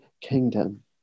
kingdom